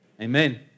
Amen